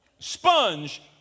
sponge